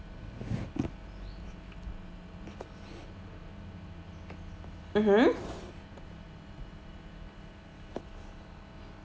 mmhmm